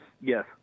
Yes